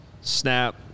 Snap